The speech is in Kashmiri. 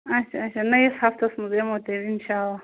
آچھا آچھا نٔیِس ہَفتَس منٛز یِمو تیٚلہِ اِنشاء اللہ